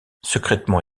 secrètement